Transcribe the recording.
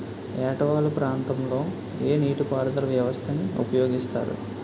ఏట వాలు ప్రాంతం లొ ఏ నీటిపారుదల వ్యవస్థ ని ఉపయోగిస్తారు?